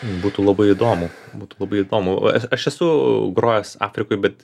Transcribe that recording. būtų labai įdomu būtų labai įdomu aš esu grojęs afrikoj bet